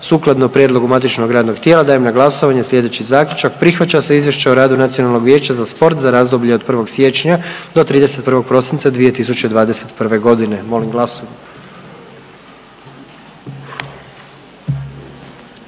Sukladno prijedlogu matičnog radnog tijela dajem na glasovanje slijedeći Zaključak. Prihvaća se Izvješće o radu Nacionalnog vijeća za sport za razdoblje od 1. siječnja do 31. prosinca 2021. godine. Molim glasujmo.